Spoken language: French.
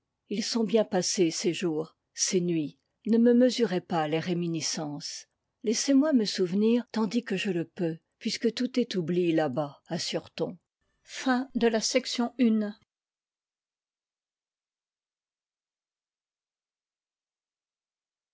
ils sont bien passés ces jours ces nuits ne me mesurez pas les réminiscences laissez-moi me souvenir tandis que je le peux puisque tout est oubli là-bas assure-t-on